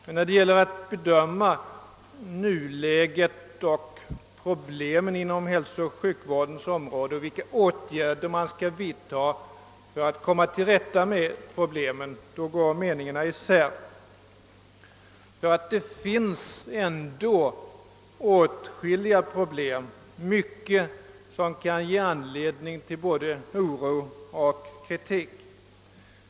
Men när det gäller att bedöma nuläget och problemen inom hälsooch sjukvårdsområdet och vilka åtgärder man skall vidta för att komma till rätta med problemen, går meningarna isär. Det finns ändå åtskilliga problem och mycket som kan ge anledning till både oro och kritik.